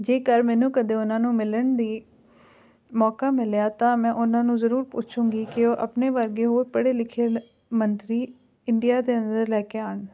ਜੇਕਰ ਮੈਨੂੰ ਕਦੇ ਉਹਨਾਂ ਨੂੰ ਮਿਲਣ ਦੀ ਮੌਕਾ ਮਿਲਿਆ ਤਾਂ ਮੈਂ ਉਹਨਾਂ ਨੂੰ ਜ਼ਰੂਰ ਪੁੱਛਾਂਗੀ ਕਿ ਉਹ ਆਪਣੇ ਵਰਗੇ ਹੋਰ ਪੜ੍ਹੇ ਲਿਖੇ ਮੰਤਰੀ ਇੰਡੀਆ ਦੇ ਅੰਦਰ ਲੈ ਕੇ ਆਉਣ